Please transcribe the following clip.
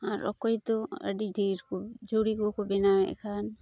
ᱟᱨ ᱚᱠᱚᱭ ᱫᱚ ᱟᱹᱰᱤ ᱰᱷᱮᱨ ᱠᱚ ᱡᱷᱩᱨᱤ ᱠᱚᱠᱚ ᱵᱮᱱᱟᱣᱮᱫ ᱠᱷᱟᱱ